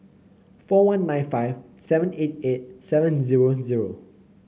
four one nine five seven eight eight seven zero zero